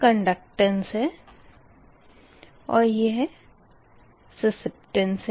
यह क्न्डकटेंस है और यह स्सेपटेंस